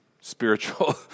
spiritual